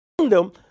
kingdom